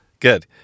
Good